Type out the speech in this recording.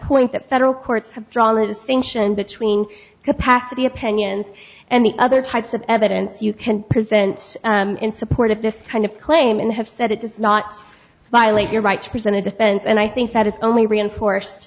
point that federal courts have drawn a distinction between capacity opinions and the other types of evidence you can present in support of this kind of claim and have said it does not violate your right to present a defense and i think that it's only reinforced